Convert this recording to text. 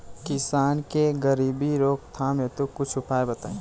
किसान के गरीबी रोकथाम हेतु कुछ उपाय बताई?